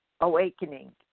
awakening